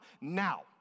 now